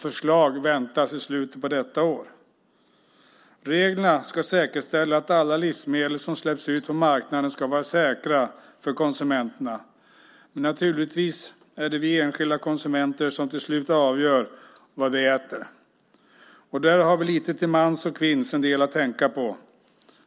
Förslag väntas i slutet av detta år. Reglerna ska säkerställa att alla livsmedel som släpps ut på marknaden ska vara säkra för konsumenterna, men naturligtvis är det vi enskilda konsumenter som slutligen avgör vad vi äter. Där har vi nog lite till mans och kvinns en del att tänka på.